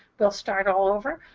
they'll start all over.